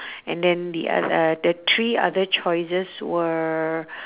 and then the oth~ uh the three other choices were